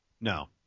No